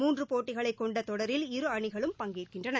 மூன்று போட்டிகளை கொண்ட தொடரில் இரு அணிகளும் பங்கேற்கின்றன